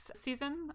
season